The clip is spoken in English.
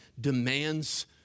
demands